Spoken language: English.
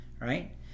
right